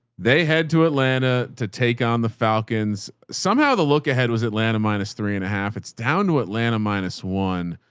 they had to atlanta to take on the falcons. somehow the look ahead was atlanta minus three and a half. it's down to atlanta minus one,